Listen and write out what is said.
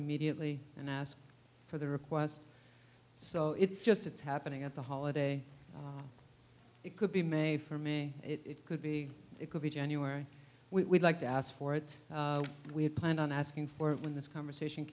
immediately and asked for the request so it's just it's happening at the holiday it could be made for me it could be it could be january we like to ask for it we had planned on asking for it when this conversation